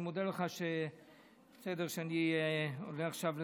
אני מודה לך שאני עולה עכשיו לדבר,